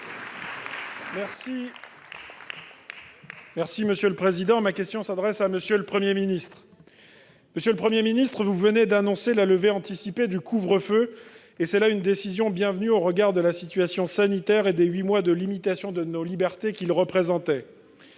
Les Républicains. Ma question s'adresse à M. le Premier ministre. Monsieur le Premier ministre, vous venez d'annoncer la levée anticipée du couvre-feu ; c'est là une décision bienvenue au regard de la situation sanitaire et des huit mois de limitation de nos libertés qui viennent